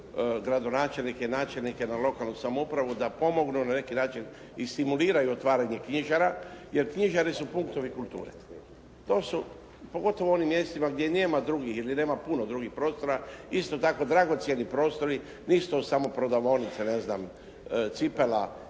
gradonačelnike i načelnike, na lokalnu samoupravu da pomognu na neki način i stimuliraju otvaranje knjižara jer knjižare su punktovi kulture. To su, pogotovo u onim mjestima gdje nema drugih ili nema puno drugih prostora isto tako dragocjeni prostori, nisu to samo prodavaonice, ne znam, cipela